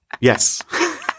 Yes